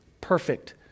perfect